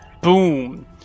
boom